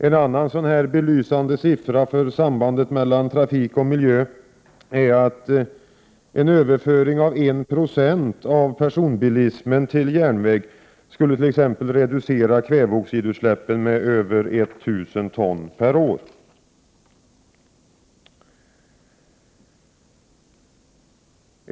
En annan belysande siffra för sambandet mellan trafik och miljö är att en överföring av personbilism till järnväg skulle reducera kväveoxidutsläppen med över 1 000 ton per år.